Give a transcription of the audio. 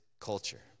culture